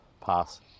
pass